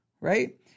right